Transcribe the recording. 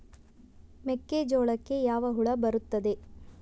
ಮೆಕ್ಕೆಜೋಳಕ್ಕೆ ಯಾವ ಹುಳ ಬರುತ್ತದೆ?